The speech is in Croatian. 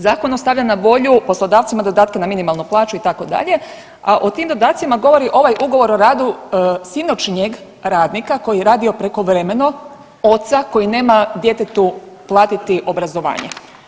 Zakon ostavlja na volju poslodavcima dodatke na minimalnu plaću itd., a o tim dodatcima govori ovaj ugovor o radu sinoćnjeg radnika koji je radio prekovremeno, oca koji nema djetetu platiti obrazovanje.